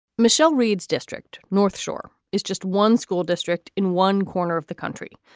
michelle reade's district, north shore, is just one school district. in one corner of the country.